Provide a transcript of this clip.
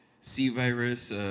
C-virus